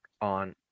on